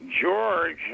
George